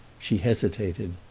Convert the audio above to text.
she hesitated.